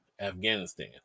Afghanistan